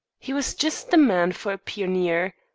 he was just the man for a pioneer.